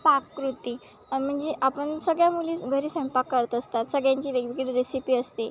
पाककृती म्हणजे आपण सगळ्या मुली घरी स्वयंपाक करत असतात सगळ्यांची वेगवेगळी रेसिपी असते